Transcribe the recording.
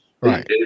Right